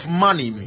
money